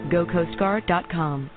GoCoastGuard.com